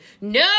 No